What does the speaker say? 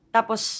Tapos